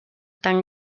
tan